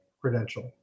credential